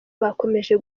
bakomeje